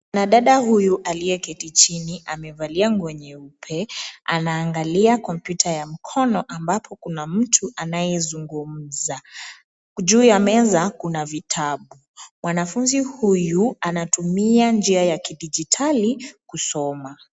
Mwanadada huyu aliyeketi chini amevalia nguo nyeupe, anaangalia kompyuta ya mkono ambapo kuna mtu anayezungumza. Juu ya meza kuna vitabu. Mwanafunzi huyu anatumia njia ya kidijitali kusoma.